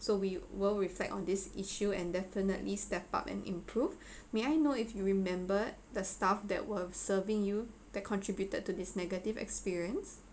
so we will reflect on this issue and definitely step up and improve may I know if you remembered the staff that were serving you that contributed to this negative experience